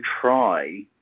try